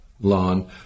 lawn